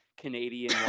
Canadian